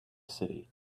city